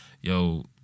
yo